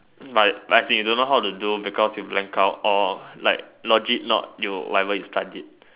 like like you don't know how to do because you black out or like logic not you whatever you studied